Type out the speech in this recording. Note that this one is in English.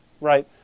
right